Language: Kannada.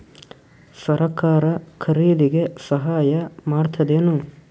ಸರಕಾರ ಖರೀದಿಗೆ ಸಹಾಯ ಮಾಡ್ತದೇನು?